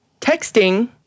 texting